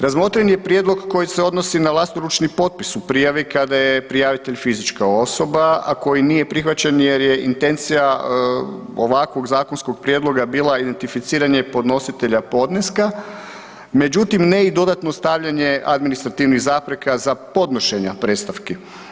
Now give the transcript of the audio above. Razmotren je prijedlog koji se odnosi na vlastoručni potpis u prijavi kada je prijavitelj fizička osoba, a koji nije prihvaćen jer je intencija ovakvog zakonskog prijedloga bila identificiranje podnositelja podneska, međutim ne i dodatno stavljanje administrativnih zapreka za podnošenja predstavki.